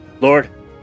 Lord